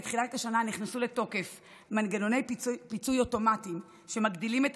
בתחילת השנה נכנסו לתוקף מנגנוני פיצוי אוטומטיים שמגדילים את